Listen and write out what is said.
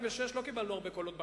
לא קיבלנו ב-2006 הרבה קולות בקלפי.